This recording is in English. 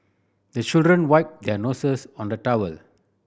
the children wipe their noses on the towel